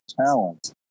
talent